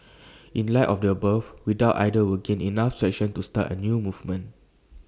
in light of the above we doubt either will gain enough traction to start A new movement